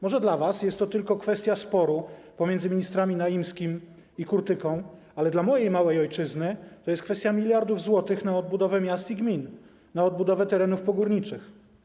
Może dla was jest to tylko kwestia sporu pomiędzy ministrami Naimskim i Kurtyką, ale dla mojej małej ojczyzny to jest kwestia miliardów złotych na odbudowę miast i gmin, na odbudowę terenów pogórniczych.